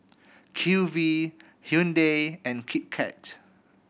Q V Hyundai and Kit Kat